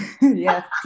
Yes